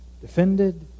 defended